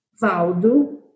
Valdo